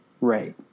Right